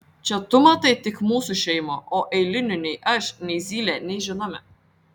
čia tu matai tik mūsų šeimą o eilinių nei aš nei zylė nežinome